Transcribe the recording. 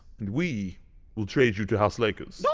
and we will trade you to house lakers so